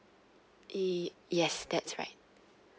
ye~ yes that's right